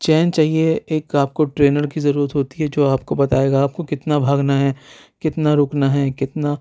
چین چاہیے ایک آپ کو ٹرینر کی ضرورت ہوتی ہے جو آپ کو بتائے گا آپ کو کتنا بھاگنا ہے کتنا رکنا ہے کتنا